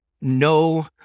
no